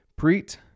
Preet